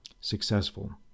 successful